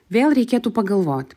vėl reikėtų pagalvot